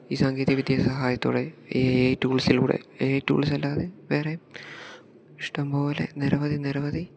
ഈ സാങ്കേതിക വിദ്യ സഹായത്തോടെ എ ഐ ടൂൾസിലൂടെ എ ഐ ടൂൾസ് അല്ലാതെ വേറെ ഇഷ്ടംപോലെ നിരവധി നിരവധി